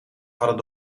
hadden